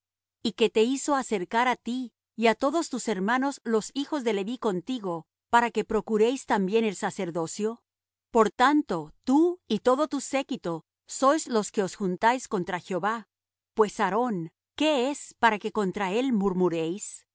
y que te hizo acercar á ti y á todos tus hermanos los hijos de leví contigo para que procuréis también el sacerdocio por tanto tú y todo tu séquito sois los que os juntáis contra jehová pues aarón qué es para que contra él